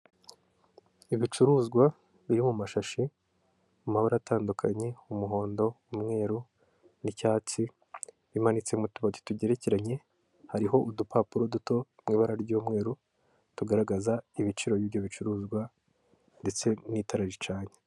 Ibicuruzwa biri mu mashashi amabara atandukanye umuhondo, umweru n'icyatsi, bimanitse mu tubati tugerekeranye hariho udupapuro duto mu ibara ry'umweru, tugaragaza ibiciro by'ibyo bicuruzwa ndetse n'itara ricanye.